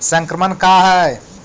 संक्रमण का है?